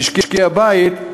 למשקי-הבית.